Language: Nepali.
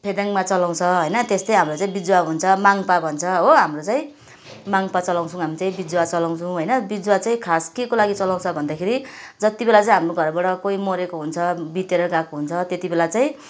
फेदाङ्गमा चलाउँछ होइन त्यस्तै हाम्रो चाहिँ बिजुवा हुन्छ माङ्पा भन्छ हो हाम्रो चाहिँ माङ्गपा चलाउँछौँ हामी चाहिँ बिजुवा चलाउँछौ होइन बिजुवा चाहिँ खास के को लागि चलाउँछौँ भन्दाखेरि जति बेला चाहिँ हाम्रो घरबाट कोही मरेको हुन्छ बितेर गएको हुन्छ त्यति बेला चाहिँ